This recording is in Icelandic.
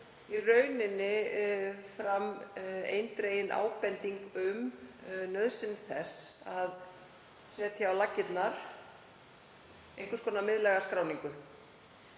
kemur fram eindregin ábending um nauðsyn þess að setja á laggirnar einhvers konar miðlæga skráningu